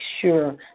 sure